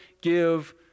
give